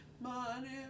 Money